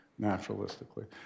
naturalistically